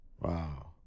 Wow